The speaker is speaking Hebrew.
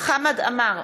חמד עמאר,